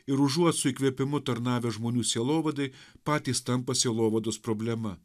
ir užuot su įkvėpimu tarnavę žmonių sielovadai patys tampa sielovados problema